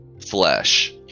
flesh